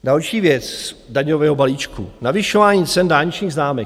Další věc daňového balíčku, navyšování cen dálničních známek.